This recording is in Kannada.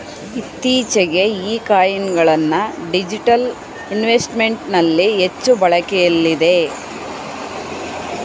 ಇತ್ತೀಚೆಗೆ ಈ ಕಾಯಿನ್ ಗಳನ್ನ ಡಿಜಿಟಲ್ ಇನ್ವೆಸ್ಟ್ಮೆಂಟ್ ನಲ್ಲಿ ಹೆಚ್ಚು ಬಳಕೆಯಲ್ಲಿದೆ